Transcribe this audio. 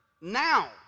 now